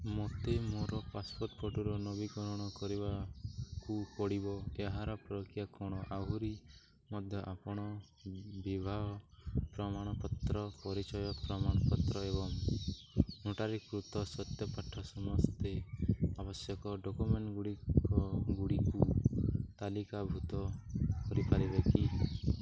ମୋତେ ମୋର ପାସପୋର୍ଟ ଫଟୋର ନବୀକରଣ କରିବାକୁ ପଡ଼ିବ ଏହାର ପ୍ରକ୍ରିୟା କ'ଣ ଆହୁରି ମଧ୍ୟ ଆପଣ ବିବାହ ପ୍ରମାଣପତ୍ର ପରିଚୟ ପ୍ରମାଣପତ୍ର ଏବଂ ନୋଟାରୀକୃତ ସତ୍ୟ ପାଠ ସମସ୍ତେ ଆବଶ୍ୟକ ଡକ୍ୟୁମେଣ୍ଟ୍ଗୁଡ଼ିକ ଗୁଡ଼ିକୁ ତାଲିକାଭୁକ୍ତ କରିପାରିବେ କି